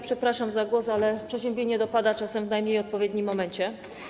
Przepraszam za głos, ale przeziębienie dopada czasem w najmniej odpowiednim momencie.